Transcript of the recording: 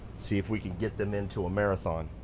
see if we can get them into a marathon.